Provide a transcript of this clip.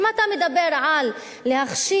אם אתה מדבר על להכשיר